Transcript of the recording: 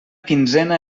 quinzena